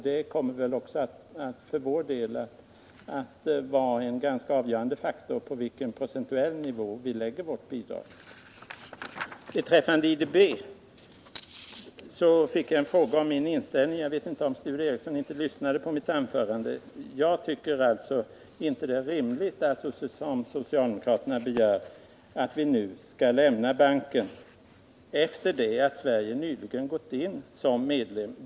Det kommer att vara en ganska avgörande faktor för på vilken procentuell nivå vi lägger vårt bidrag. Vad sedan gäller IDB fick jag en fråga om min inställning — Sture Ericson lyssnade kanske inte på vad jag sade i mitt anförande. Jag tycker alltså inte att det är rimligt att Sverige nu såsom socialdemokraterna begär skall lämna banken sedan vi nyligen gått in som medlem.